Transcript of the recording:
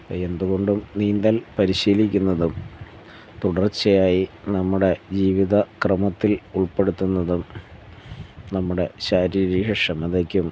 അപ്പം എന്തുകൊണ്ടും നീന്തൽ പരിശീലിക്കുന്നതും തുടർച്ചയായി നമ്മുടെ ജീവിത ക്രമത്തിൽ ഉൾപ്പെടുത്തുന്നതും നമ്മുടെ ശാരീരികക്ഷമതയ്ക്കും